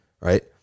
right